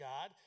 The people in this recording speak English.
God